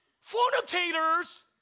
fornicators